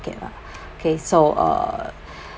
market lah okay so uh